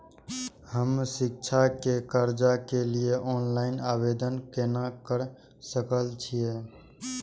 हम शिक्षा के कर्जा के लिय ऑनलाइन आवेदन केना कर सकल छियै?